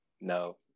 no